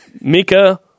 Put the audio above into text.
Mika